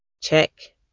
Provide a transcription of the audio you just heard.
check